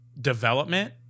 development